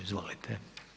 Izvolite.